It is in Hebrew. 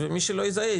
ומי שלא יזהה,